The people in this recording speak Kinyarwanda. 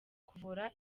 kuvura